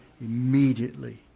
immediately